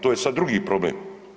To je sad drugi problem.